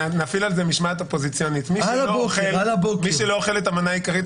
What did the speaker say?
שנקבל איזו שהיא תמונת מצב על מה הייתה אכיפה